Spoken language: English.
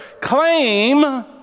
claim